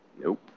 Nope